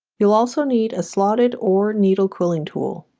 you'll also need a slotted or needle quilling tool